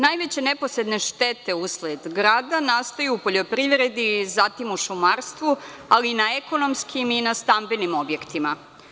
Najveće neposredne štete usred grada nastaju u poljoprivredi, zatim u šumarstvu, ali i na ekonomskim i stambenim objektima.